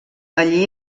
allí